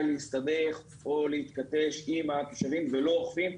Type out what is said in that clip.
להסתבך או להתכתש עם התושבים ולא אוכפים,